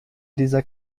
dieser